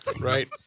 Right